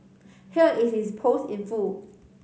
here is his post in full